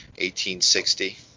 1860